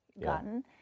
gotten